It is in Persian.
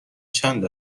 چند